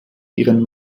ihren